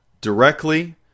directly